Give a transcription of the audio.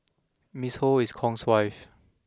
Miss Ho is Kong's wife